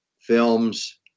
films